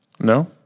No